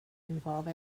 involve